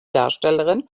darstellerin